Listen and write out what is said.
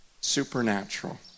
Supernatural